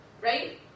Right